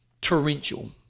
torrential